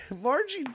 Margie